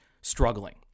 struggling